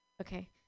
Okay